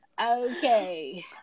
Okay